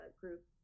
group